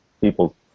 people